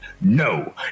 no